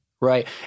right